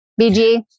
bg